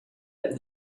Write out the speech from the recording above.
but